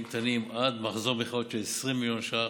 קטנים עד מחזור מכירות של 20 מיליון ש"ח,